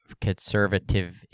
conservative